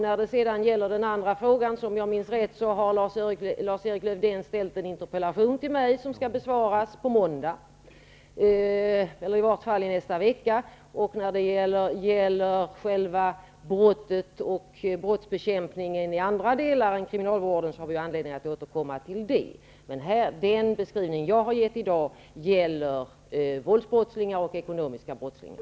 När det sedan gäller den andra fråga som ställdes har om jag minns rätt Lars Erik Lövdén ställt en interpellation till mig som skall besvaras på måndag, eller i varje fall nästa vecka. När det gäller själva frågan om brott och brottsbekämpning i andra delar än de som rör kriminalvården har vi anledning att återkomma till detta. Den beskrivning jag har gett i dag gäller våldsbrottslingar och ekonomiska brottslingar.